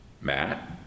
matt